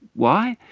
why?